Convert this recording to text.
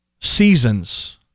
seasons